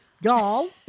Y'all